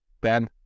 Ben